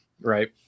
right